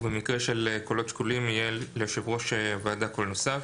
ובמקרה של קולות שקולים יהיה ליושב ראש הוועדה וקל נוסף.